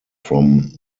from